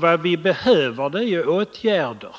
Vad vi behöver är åtgärder.